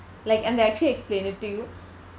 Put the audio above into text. like and they actually explain it to you